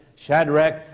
Shadrach